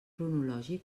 cronològic